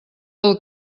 del